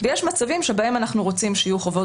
ויש מצבים שבהם אנחנו רוצים שיהיו חובות